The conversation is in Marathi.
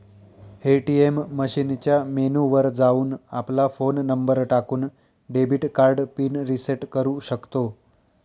ए.टी.एम मशीनच्या मेनू वर जाऊन, आपला फोन नंबर टाकून, डेबिट कार्ड पिन रिसेट करू शकतो